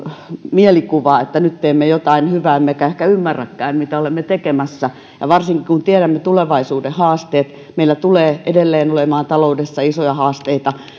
mielikuvaa että nyt teemme jotain hyvää emmekä ehkä ymmärräkään mitä olemme tekemässä varsinkin kun tiedämme tulevaisuuden haasteet meillä tulee edelleen olemaan taloudessa isoja haasteita